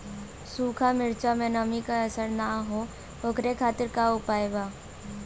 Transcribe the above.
सूखा मिर्चा में नमी के असर न हो ओकरे खातीर का उपाय बा?